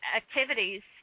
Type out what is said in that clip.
activities